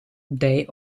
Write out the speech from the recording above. day